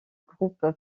groupe